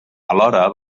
alhora